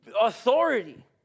authority